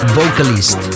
vocalist